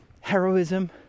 heroism